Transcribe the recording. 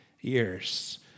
years